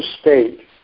state